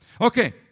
Okay